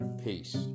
Peace